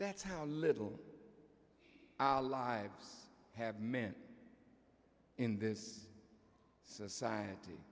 that's how little our lives have men in this society